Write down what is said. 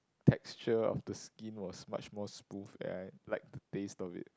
texture of the skin was much more smooth and I liked the taste of it